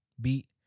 beat